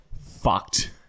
fucked